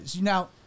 now